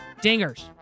dingers